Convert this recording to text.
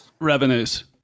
Revenues